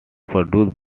produced